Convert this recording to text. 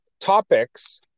topics